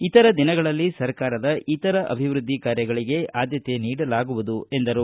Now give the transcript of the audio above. ಇತರ ದಿನಗಳಲ್ಲಿ ಸರ್ಕಾರದ ಇತರ ಅಭಿವೃದ್ಧಿ ಕಾರ್ಯಗಳಿಗೆ ಆದ್ಯತೆ ನೀಡಲಾಗುವುದು ಎಂದರು